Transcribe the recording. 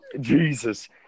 Jesus